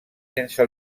sense